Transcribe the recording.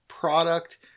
product